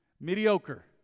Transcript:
Mediocre